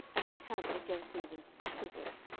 and encamped against thebez, and took it.